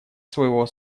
своего